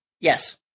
Yes